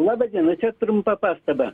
laba diena čia trumpa pastaba